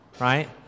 right